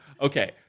Okay